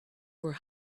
were